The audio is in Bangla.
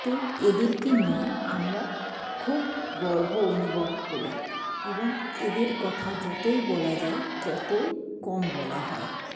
তো এদেরকে নিয়ে আমরা খুব গর্ব অনুভব করি এবং এদের কথা যতই বলা যায় ততই কম বলা হয়